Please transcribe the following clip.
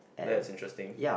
that's interesting